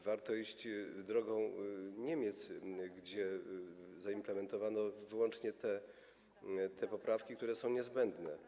Warto iść drogą Niemiec, gdzie zaimplementowano wyłącznie te poprawki, które są niezbędne.